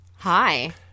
Hi